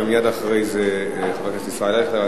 ומייד אחרי זה חבר הכנסת ישראל אייכלר.